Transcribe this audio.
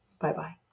Bye-bye